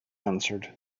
answered